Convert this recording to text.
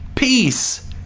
peace